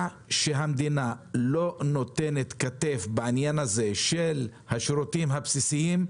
שהמדינה לא נותנת כתף בעניין הזה של השירותים הבסיסיים,